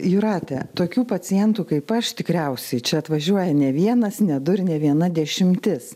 jūratę tokių pacientų kaip aš tikriausiai čia atvažiuoja ne vienas ne du ir ne viena dešimtis